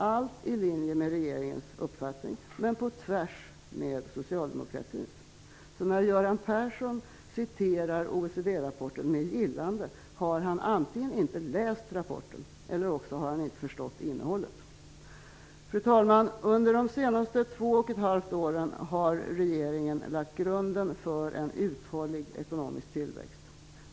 Allt i linje med regeringens uppfattning, men på tvärs med socialdemokraternas. När Göran Persson citerar OECD-rapporten med gillande har han antingen inte läst rapporten eller inte förstått innehållet. Fru talman! Under de senaste två och ett halvt åren har regeringen lagt grunden för en uthållig ekonomisk tillväxt.